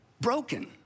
broken